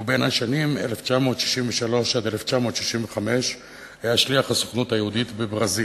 ובין השנים 1963 ו-1965 היה שליח הסוכנות היהודית בברזיל.